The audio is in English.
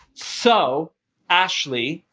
so ashley,